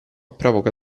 provoca